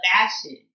fashion